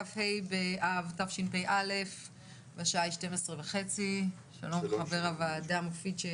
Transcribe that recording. כ"ה באב תשפ"א והשעה היא 12:30. אנחנו